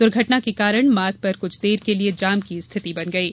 दुर्घटना के कारण मार्ग पर कुछ देर के लिए जाम की स्थिति बन गयी